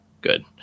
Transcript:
good